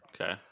Okay